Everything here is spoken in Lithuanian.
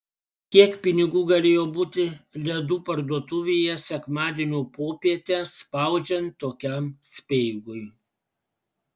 kiek pinigų galėjo būti ledų parduotuvėje sekmadienio popietę spaudžiant tokiam speigui